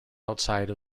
outside